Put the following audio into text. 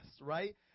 right